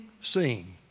seeing